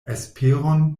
esperon